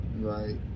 Right